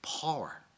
power